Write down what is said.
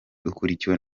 ukurikiwe